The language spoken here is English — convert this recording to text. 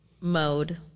mode